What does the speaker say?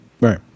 Right